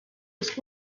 was